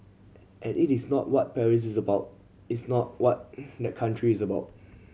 and it is not what Paris is about it's not what the country is about